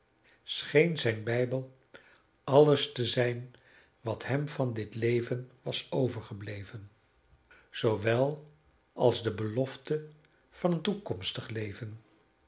scheen zijn bijbel alles te zijn wat hem van dit leven was overgebleven zoowel als de belofte van een toekomstig leven